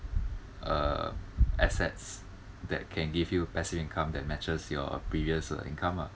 uh assets that can give you passive income that matches your previous income lah